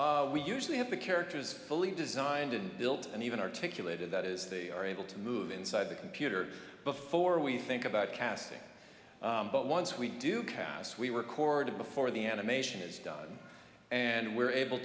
cast we usually have the characters fully designed and built and even articulated that is they are able to move inside the computer before we think about casting but once we do cas we work already before the animation is done and we're able